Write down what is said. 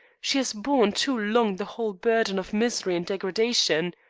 she has borne too long the whole burden of misery and degradation.